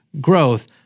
growth